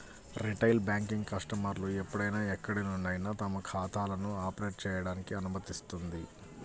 retail banking కస్టమర్లు ఎప్పుడైనా ఎక్కడి నుండైనా తమ ఖాతాలను ఆపరేట్ చేయడానికి అనుమతిస్తుంది